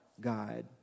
God